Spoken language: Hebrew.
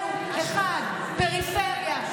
פריפריה,